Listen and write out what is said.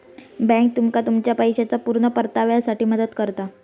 bank तुमका तुमच्या पैशाच्या पुर्ण परताव्यासाठी मदत करता